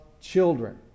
children